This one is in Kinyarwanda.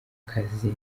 kazi